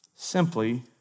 Simply